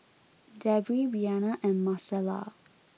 Debby Briana and Marcella